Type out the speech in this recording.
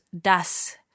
das